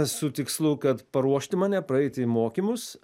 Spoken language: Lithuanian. su tikslu kad paruošti mane praeiti mokymus